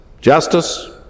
justice